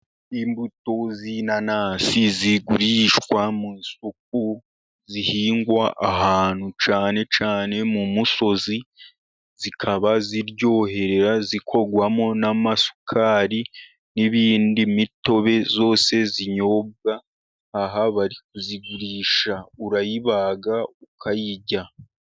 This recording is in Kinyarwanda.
Imbuto z'inanasi zigurishwa mu isoko，zihingwa ahantu cyane cyane mu musozi，zikaba ziryohera， zikorwamo n'amasukari，n'ibindi， imitobe yose inyobwa. Aha bari kuzigurisha，urayibaga ukayirya.